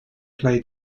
play